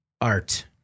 art